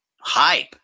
hype